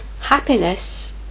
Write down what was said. happiness